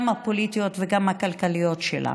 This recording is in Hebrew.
גם הפוליטיות וגם הכלכליות שלה.